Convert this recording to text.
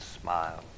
smiled